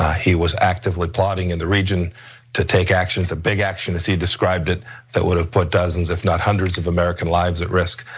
he was actively plotting in the region to take actions, a big action as he described it that would have put dozens if not hundreds of american lives at risk.